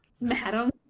Madam